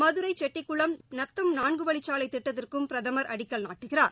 மதுரை செட்டிக்குளம் நத்தம் நான்குவழிச்சாலை திட்டத்திற்கும் பிரதமர் அடிக்கல் நாட்டுகிறார்